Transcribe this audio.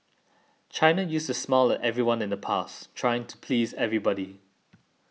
China used to smile at everyone in the past trying to please everybody